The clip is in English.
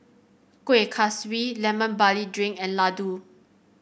Kueh Kaswi Lemon Barley Drink and laddu